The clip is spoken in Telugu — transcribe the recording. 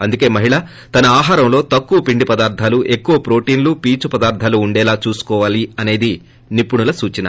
అందుకే మహిళ తన ఆహారంలో తక్కువ పిండి పదార్గాలు ఎక్కువ ప్రోటీన్లు పీచు పదార్ధాలు ఉండేలా చూసుకోవాలసేది నిపుణుల సూచన